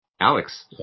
Alex